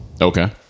Okay